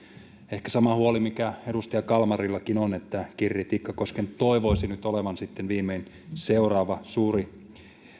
ehkä sama huoli mikä edustaja kalmarillakin on että kirri tikkakosken toivoisi nyt olevan viimein seuraava suuri